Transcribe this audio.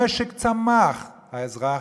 המשק צמח, האזרח,